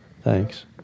Thanks